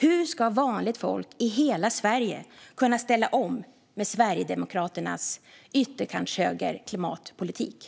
Hur ska vanligt folk i hela Sverige kunna ställa om med Sverigedemokraternas klimatpolitik på den högra ytterkanten?